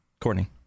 Courtney